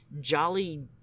jolly